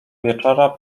wieczora